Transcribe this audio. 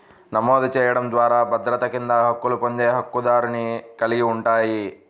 నమోదు చేయడం ద్వారా భద్రత కింద హక్కులు పొందే హక్కుదారుని కలిగి ఉంటాయి,